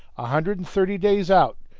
a hundred and thirty days out.